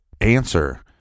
answer